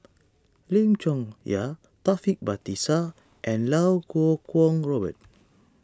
Lim Chong Yah Taufik Batisah and Iau Kuo Kwong Robert